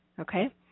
Okay